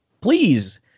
Please